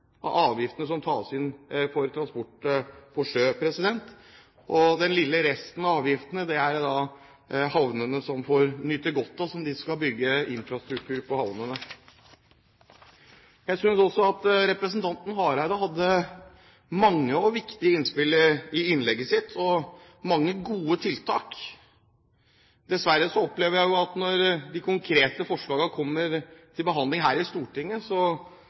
transport på sjø. Den lille resten av avgiftene er det havnene som får nyte godt av. Den skal de bygge infrastruktur på havnene for. Jeg synes også at representanten Hareide hadde mange og viktige innspill i innlegget sitt og mange gode tiltak. Dessverre opplever jeg at når de konkrete forslagene kommer til behandling her i Stortinget,